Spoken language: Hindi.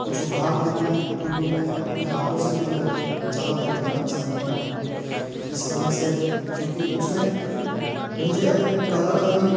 कुछ उपहार देना है तो यह मैं अपने हाथों से ही बना के ज़्यादातर देना पसंद करता हूँ इस वजह से क्योंकि उस में मुझे अपने कला का भी